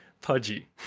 pudgy